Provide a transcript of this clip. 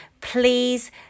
please